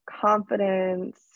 confidence